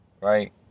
Right